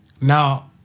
Now